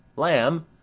lamb!